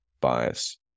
bias